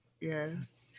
Yes